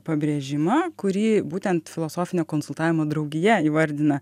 pabrėžimą kurį būtent filosofinio konsultavimo draugija įvardina